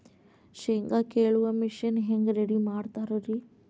ಶೇಂಗಾ ಕೇಳುವ ಮಿಷನ್ ಹೆಂಗ್ ರೆಡಿ ಮಾಡತಾರ ರಿ?